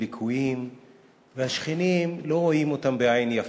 ליקויים והשכנים לא רואים אותם בעין יפה.